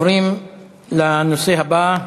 נעבור לנושא הבא: